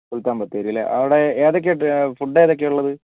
സുൽത്താൻ ബത്തേരി അല്ലേ അവിടെ ഏതൊക്കെയാ ഫുഡ് ഏതൊക്കെയാ ഉള്ളത്